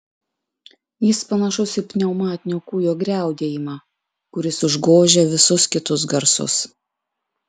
jis panašus į pneumatinio kūjo griaudėjimą kuris užgožia visus kitus garsus